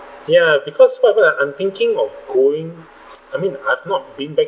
ya because what happen uh I'm thinking of going I mean I've not been back